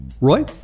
Roy